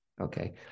okay